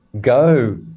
go